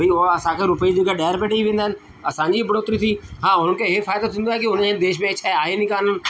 भई हो असांखे रुपए जी जगह ॾह रुपए ॾई वेंदा आहिनि असांजी बढ़ोतरी थी हां उन्हनि खे हे फ़ाइदो थींदो आहे की हुनजे देश में हे शइ आहिनि ई कोन्ह